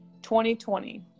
2020